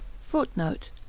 Footnote